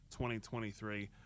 2023